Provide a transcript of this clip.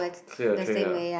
clear your tray ah